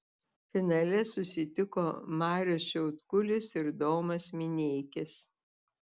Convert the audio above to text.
finale susitiko marius šiaudkulis ir domas mineikis